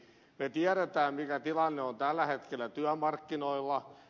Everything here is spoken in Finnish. me tiedämme mikä tilanne on tällä hetkellä työmarkkinoilla